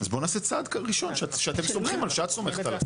אז בואו נעשה צעד ראשון שאת סומכת עליו.